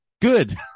good